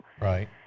Right